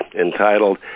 entitled